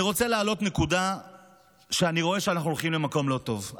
אני רוצה להעלות נקודה שבה אני רואה שאנחנו הולכים למקום לא טוב,